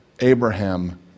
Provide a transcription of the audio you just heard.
Abraham